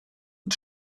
und